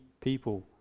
people